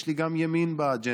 יש לי גם ימין באג'נדה.